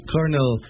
Colonel